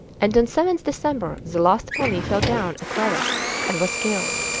and on seventh december the last pony fell down a crevasse and was killed.